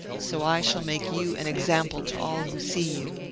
so i shall make you an example to all who see you.